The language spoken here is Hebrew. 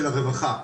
של הרווחה,